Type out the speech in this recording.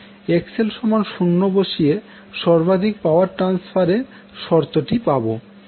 XL সমান 0 বসিয়ে সর্বাধিক পাওয়ার ট্রান্সফার এর শর্তটি পাবো